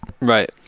right